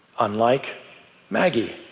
unlike maggie.